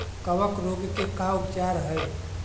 कबक रोग के का उपचार है?